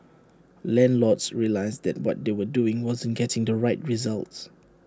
landlords realised that what they were doing wasn't getting the right results